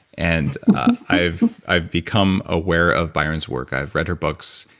and i've i've become aware of byron's work. i've read her books,